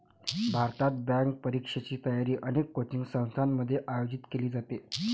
भारतात, बँक परीक्षेची तयारी अनेक कोचिंग संस्थांमध्ये आयोजित केली जाते